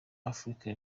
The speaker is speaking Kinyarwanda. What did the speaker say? africa